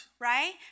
Right